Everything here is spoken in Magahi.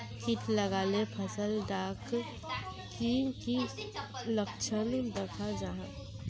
किट लगाले फसल डात की की लक्षण दखा जहा?